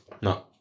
No